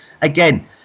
again